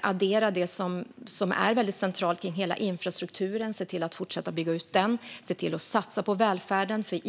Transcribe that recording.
addera det som är väldigt centralt: att fortsätta bygga ut hela infrastrukturen och att satsa på välfärden.